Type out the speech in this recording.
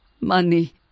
money